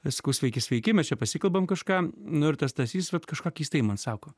sakau sveiki sveiki mes čia pasikalbam kažką nu ir tas stasys vat kažką keistai man sako